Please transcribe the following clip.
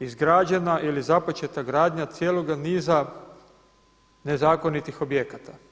izgrađena ili započeta gradnja cijeloga niza nezakonitih objekata.